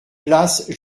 place